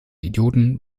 idioten